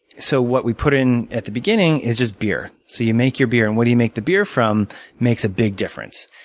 so what we put in at the beginning is just beer. so you make your beer. and what do you make the beer from makes a big difference.